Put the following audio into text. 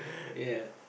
ya